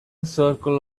circle